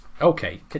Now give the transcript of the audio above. Okay